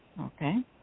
Okay